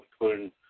including